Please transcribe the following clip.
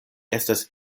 estas